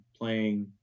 playing